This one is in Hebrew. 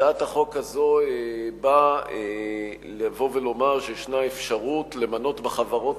הצעת החוק הזאת באה לומר שיש אפשרות למנות בחברות